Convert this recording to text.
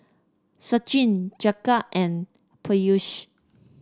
Sachin Jagat and Peyush